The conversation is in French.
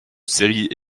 séries